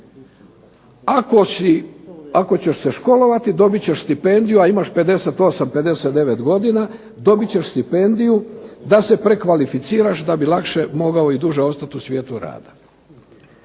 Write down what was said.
Ako ćeš se školovati dobit ćeš stipendiju, a imaš 58, 59 godina, dobit ćeš stipendiju da se prekvalificiraš da bi lakše mogao i duže ostati u svijetu rada.